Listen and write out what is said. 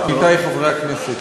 עמיתי חברי הכנסת,